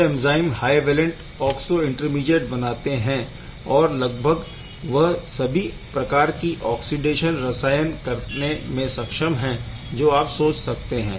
यह enzyme high valent oxo intermediate बनाते है और लगभग वह सभी प्रकार की ऑक्सीडेशन रसायन करने में सक्षम है जो आप सोच सकते हैं